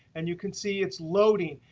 and you can see it's loading.